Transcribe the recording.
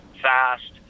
fast